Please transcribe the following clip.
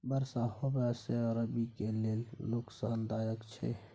बरसा होबा से रबी के लेल नुकसानदायक छैय?